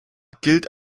gilt